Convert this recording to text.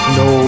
no